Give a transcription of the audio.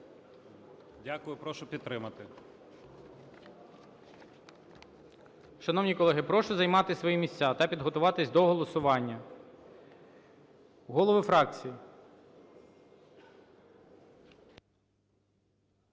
Дякую. Прошу підтримати.